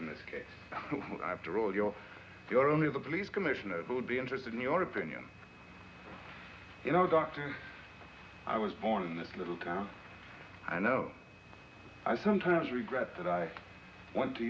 in this case after all your your only the police commissioner will be interested in your opinion you know dr i was born in this little town i know i sometimes regret that i went to